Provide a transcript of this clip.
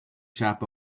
sharp